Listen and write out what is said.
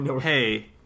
Hey